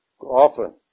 Often